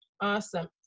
Awesome